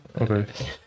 Okay